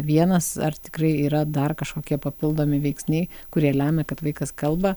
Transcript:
vienas ar tikrai yra dar kažkokie papildomi veiksniai kurie lemia kad vaikas kalba